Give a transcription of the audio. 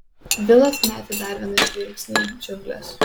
vilas metė dar vieną žvilgsnį į džiungles